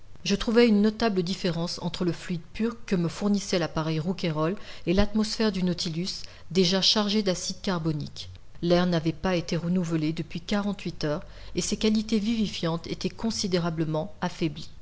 je trouvai une notable différence entre le fluide pur que me fournissait l'appareil rouquayrol et l'atmosphère du nautilus déjà chargé d'acide carbonique l'air n'avait pas été renouvelé depuis quarante-huit heures et ses qualités vivifiantes étaient considérablement affaiblies